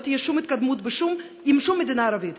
לא תהיה שום התקדמות עם שום מדינה ערבית